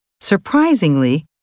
Surprisingly